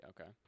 okay